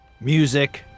music